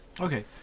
Okay